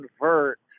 convert